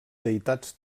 deïtats